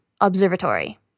Observatory